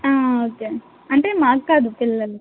okay అంటే మాకు కాదు పిల్లలు